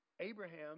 Abraham